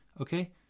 Okay